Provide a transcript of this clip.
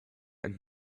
and